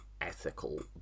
ethical